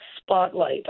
spotlight